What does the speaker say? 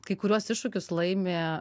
kai kuriuos iššūkius laimi